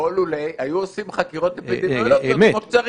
אנשים שקיבלו אס-אם-אסים כאלה לא פנו אלינו בתלונה על כך.